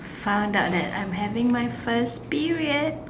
found out that I'm having my first period